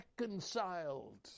reconciled